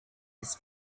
his